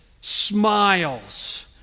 smiles